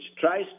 tries